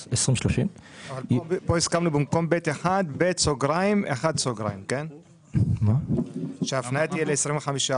- יחולו הוראות סעיף קטן (ב1) שזה בעצם המיסוי הרגיל,